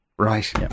Right